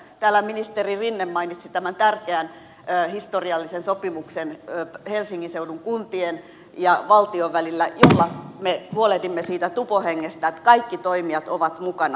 täällä ministeri rinne mainitsi tämän tärkeän historiallisen sopimuksen helsingin seudun kuntien ja valtion välillä jolla me huolehdimme siitä tupohengestä että kaikki toimijat ovat mukana siinä